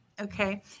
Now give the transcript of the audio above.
Okay